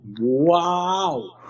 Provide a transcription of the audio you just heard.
Wow